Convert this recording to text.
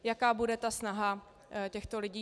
Jaká bude snaha těchto lidí?